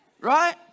Right